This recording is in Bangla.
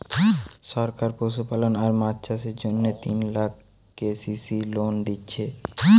সরকার পশুপালন আর মাছ চাষের জন্যে তিন লাখ কে.সি.সি লোন দিচ্ছে